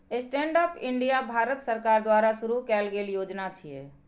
stand up India Bharat सरकार द्वारा शुरू कैल गेल योजना छियै